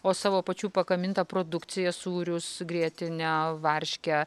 o savo pačių pagamintą produkciją sūrius grietinę varškę